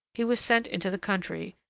he was sent into the country,